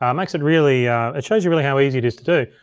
um makes it really, it shows you really how easy it is to do.